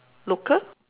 local